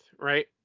right